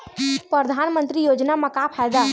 परधानमंतरी योजना म का फायदा?